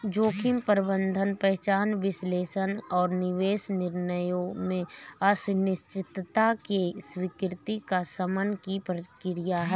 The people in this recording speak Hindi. जोखिम प्रबंधन पहचान विश्लेषण और निवेश निर्णयों में अनिश्चितता की स्वीकृति या शमन की प्रक्रिया है